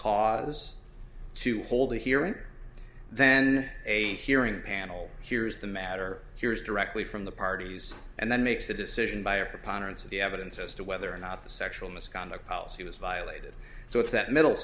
cause to hold a hearing then a hearing panel here's the matter here is directly from the parties and then makes a decision by a preponderance of the evidence as to whether or not the sexual misconduct policy was violated so it's that middle